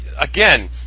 again